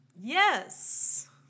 Yes